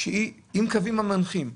עם קווים מנחים.